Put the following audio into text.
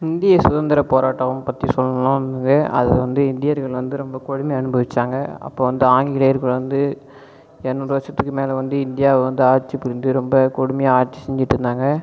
இந்திய சுதந்திரப் போராட்டம் பற்றி சொல்லணும் அது வந்து இந்தியர்கள் வந்து ரொம்ப கொடுமையை அனுபவித்தாங்க அப்போது வந்து ஆங்கிலேயர்கள் வந்து இரநூறு வருடத்துக்கு மேல் வந்து இந்தியாவை வந்து ஆட்சி புரிந்து ரொம்ப கொடுமையாக ஆட்சி செஞ்சுட்டு இருந்தாங்க